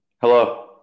hello